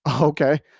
Okay